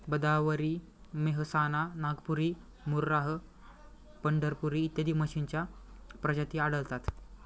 भदावरी, मेहसाणा, नागपुरी, मुर्राह, पंढरपुरी इत्यादी म्हशींच्या प्रजाती आढळतात